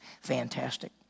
fantastic